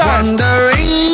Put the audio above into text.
Wondering